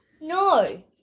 No